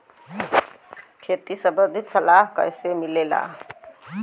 खेती संबंधित सलाह कैसे मिलेला?